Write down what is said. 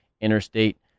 interstate